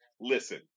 listen